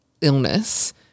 illness